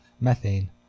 methane